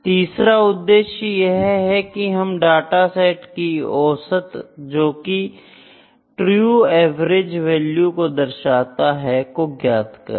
तीसरा उद्देश्य यह है कि हम डाटा सेट की औसत जोकि ट्रू एवरेज वैल्यू को दर्शाता है को ज्ञात करें